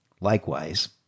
Likewise